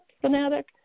fanatic